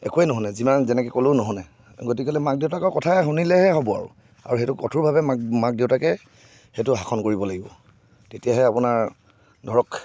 একোৱে নুশুনে যিমান যেনেকৈ ক'লেও নুশুনে গতিকেলে মাক দেউতাকৰ কথা শুনিলেহে হ'ব আৰু সেইটো কঠোৰভাৱে মাক দেউতাকে সেইটো শাসন কৰিব লাগিব তেতিয়াহে আপোনাৰ ধৰক